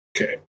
Okay